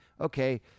okay